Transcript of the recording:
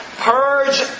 Purge